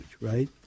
right